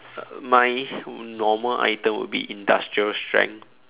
my normal item would be industrial strength